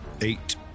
Eight